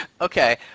Okay